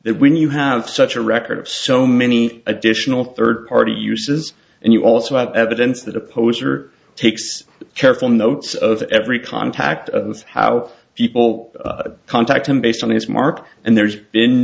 that when you have such a record so many additional third party uses and you also have evidence that a poser takes careful notes of every contact of how people contact him based on his mark and there's been